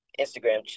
Instagram